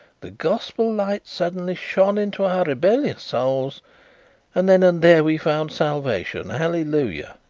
the gospel light suddenly shone into our rebellious souls and then and there we found salvation. hallelujah!